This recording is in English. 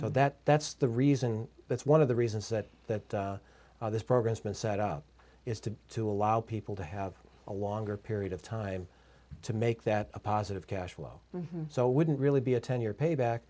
so that that's the reason that's one of the reasons that that this program's been set up is to to allow people to have a longer period of time to make that a positive cash flow so wouldn't really be a ten year payback